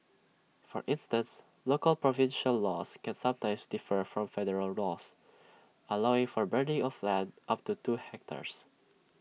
for instance local provincial laws can sometimes differ from federal laws allowing for burning of land up to two hectares